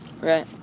Right